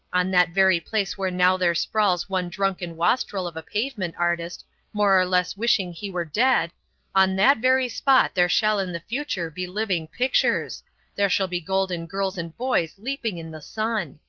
on that very place where now there sprawls one drunken wastrel of a pavement artist more or less wishing he were dead on that very spot there shall in the future be living pictures there shall be golden girls and boys leaping in the sun.